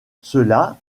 cela